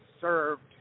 served